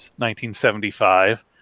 1975